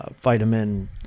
vitamin